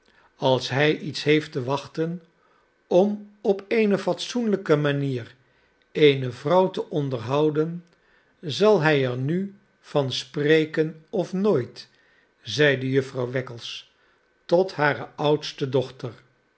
als hij iets heeft te wachten om op eene fatsoenlijke manier eene vrouw te onderhouden zal hii er nu van spreken of nooit zeide jufvrouw wackles tot hare oudste dochter